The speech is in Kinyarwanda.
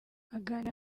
aganira